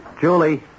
Julie